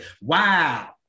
Wow